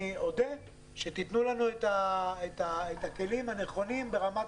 אני אודה שתתנו לנו את הכלים הנכונים ברמת